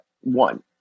one